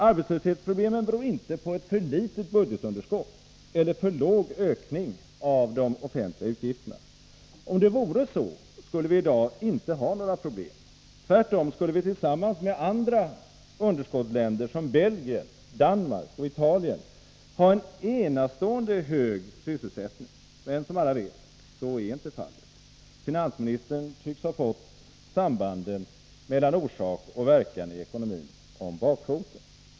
Arbetslöshetsproblemet beror inte på ett för litet budgetunderskott eller en för liten ökning av de offentliga utgifterna. Om det vore så, skulle vi i dag inte ha något problem. Tvärtom skulle vi tillsammans med andra länder som har stora budgetunderskott — Belgien, Danmark och Italien — ha en enastående hög sysselsättning. Men så är inte fallet, som alla vet. Finansministern tycks ha fått sambanden mellan orsak och verkan i ekonomin om bakfoten.